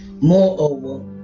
Moreover